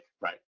Right